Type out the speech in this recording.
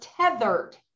tethered